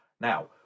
Now